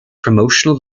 promotional